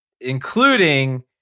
including